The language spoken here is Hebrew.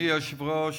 אדוני היושב-ראש,